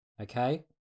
Okay